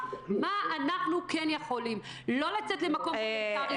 מה אנחנו כן יכולים לא לצאת למקום וולונטרי,